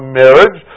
marriage